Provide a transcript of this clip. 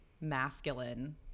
masculine